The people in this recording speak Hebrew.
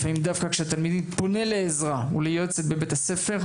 לפעמים דווקא כשהתלמיד פונה לעזרה או ליועצת בית הספר,